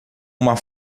uma